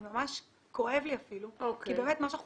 ממש כואב לי אפילו כי באמת מה שאנחנו